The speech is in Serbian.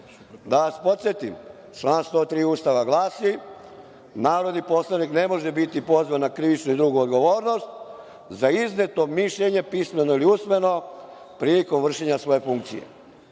Da vas podsetim, član 103. Ustava glasi – narodni poslanik ne može biti pozvan na krivičnu i drugu odgovornost za izneto mišljenje, pismeno ili usmeno, prilikom vršenja svoje funkcije.